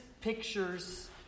pictures